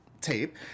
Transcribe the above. tape